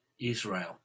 Israel